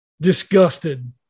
disgusted